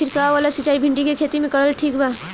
छीरकाव वाला सिचाई भिंडी के खेती मे करल ठीक बा?